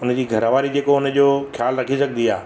हुन जी घरवारी जेको हुन जो ख़्यालु रखी सघंदी आहे